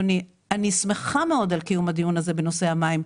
אני שמחה מאוד על קיום הדיון הזה בנושא המים.